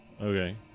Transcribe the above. Okay